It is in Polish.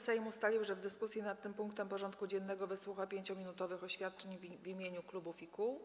Sejm ustalił, że w dyskusji nad tym punktem porządku dziennego wysłucha 5-minutowych oświadczeń w imieniu klubów i koła.